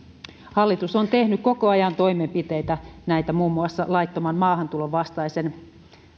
hallitus on tehnyt koko ajan toimenpiteitä muun muassa laittoman maahantulon vastaisen